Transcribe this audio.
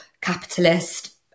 capitalist